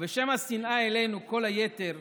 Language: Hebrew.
ובשם השנאה אלינו, כל היתר,